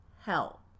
help